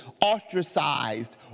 ostracized